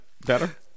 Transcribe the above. better